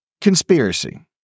conspiracy